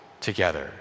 together